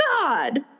God